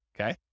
okay